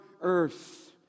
earth